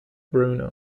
bruno